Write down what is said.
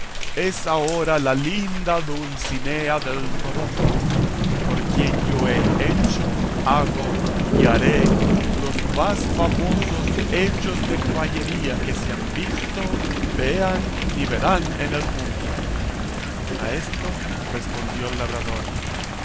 es ahora la linda dulcinea del toboso por quien yo he hecho hago y haré los más famosos hechos de caballerías que se han visto vean ni verán en el mundo a esto respondió el labrador